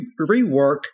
rework